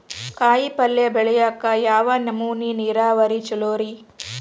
ಕಾಯಿಪಲ್ಯ ಬೆಳಿಯಾಕ ಯಾವ ನಮೂನಿ ನೇರಾವರಿ ಛಲೋ ರಿ?